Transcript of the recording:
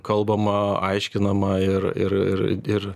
kalbama aiškinama ir ir ir ir